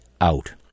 out